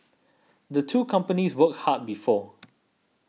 the two companies worked hard before